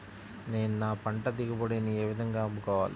నేను నా పంట దిగుబడిని ఏ విధంగా అమ్ముకోవాలి?